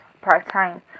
part-time